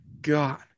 God